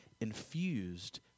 infused